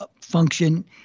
function